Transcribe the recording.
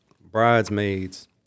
bridesmaids